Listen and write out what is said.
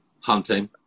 hunting